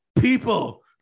people